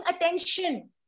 attention